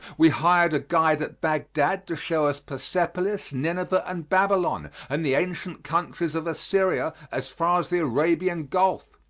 we hired a guide at bagdad to show us persepolis, nineveh and babylon, and the ancient countries of assyria as far as the arabian gulf.